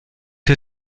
der